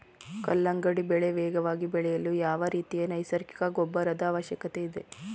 ಕಲ್ಲಂಗಡಿ ಬೆಳೆ ವೇಗವಾಗಿ ಬೆಳೆಯಲು ಯಾವ ರೀತಿಯ ನೈಸರ್ಗಿಕ ಗೊಬ್ಬರದ ಅವಶ್ಯಕತೆ ಇದೆ?